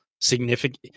significant